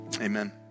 Amen